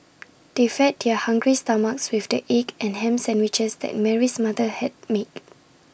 they fed their hungry stomachs with the egg and Ham Sandwiches that Mary's mother had made